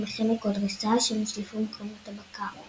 מחנק או דריסה שנשלפו מקרונות הבקר.